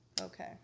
Okay